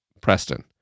preston